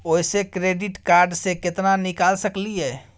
ओयसे credit card से केतना निकाल सकलियै?